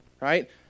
Right